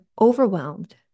overwhelmed